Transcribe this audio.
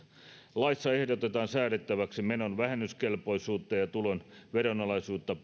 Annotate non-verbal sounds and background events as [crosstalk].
laissa ehdotetaan säädettäväksi menon vähennyskelpoisuutta ja ja tulon veronalaisuutta [unintelligible]